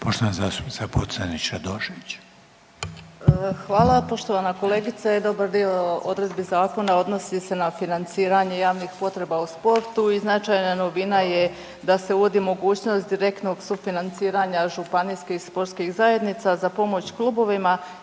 **Pocrnić-Radošević, Anita (HDZ)** Hvala. Poštovana kolegice, dobar dio odredbi zakona odnosi se na financiranje javnih potreba u sportu i značajna novina je da se uvodi mogućnost direktnog sufinanciranja županijskih i sportskih zajednica za pomoć klubovima